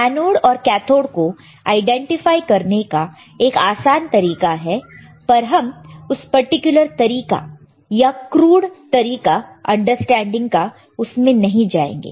anode और cathode को identify करने का एक आसान तरीका है पर हम उस पर्टिकुलर तरीका या क्रूड तरीका अंडरस्टैंडिंग का उसमें नहीं जाएंगे